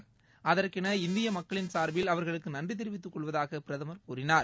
அஅற்கென இந்திய மக்களின் சார்பில் அவர்களுக்கு நன்றி தெரிவித்துக் கொள்வதாக பிரதமர் கூறினார்